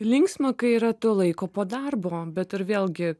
linksma kai yra to laiko po darbo bet ir vėlgi